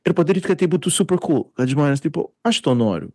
ir padaryt kad tai būtų super kūl kad žmonės tipo aš to noriu